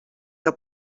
que